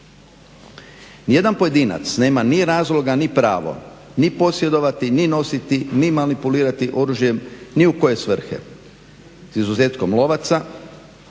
Ni jedan pojedinac nema ni razloga ni pravo ni posjedovati ni nositi ni manipulirati oružjem ni u koje svrhe s izuzetkom lovaca